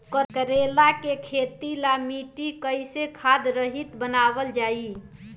करेला के खेती ला मिट्टी कइसे खाद्य रहित बनावल जाई?